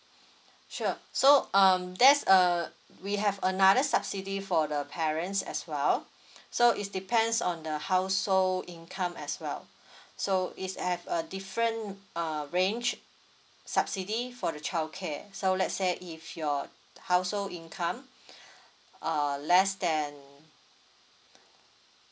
sure so um that's err we have another subsidy for the parents as well so is depends on the household income as well so is have a different uh range subsidy for the childcare so let's say if your household income err less than